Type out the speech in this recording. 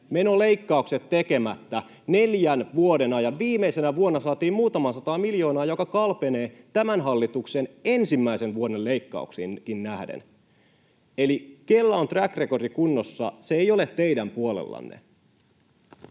menoleikkaukset tekemättä neljän vuoden ajan. Viimeisenä vuonna saatiin muutama sata miljoonaa, joka kalpenee tämän hallituksen ensimmäisen vuoden leikkauksiinkin nähden. Eli kenellä on track record kunnossa? Se ei ole teidän puolellanne.